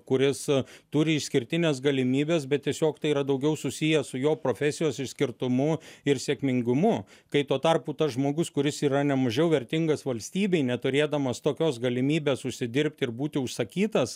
kuris turi išskirtines galimybes bet tiesiog tai yra daugiau susiję su jo profesijos išskirtumu ir sėkmingumu kai tuo tarpu tas žmogus kuris yra ne mažiau vertingas valstybei neturėdamas tokios galimybės užsidirbt ir būti užsakytas